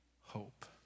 hope